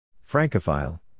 Francophile